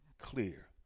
clear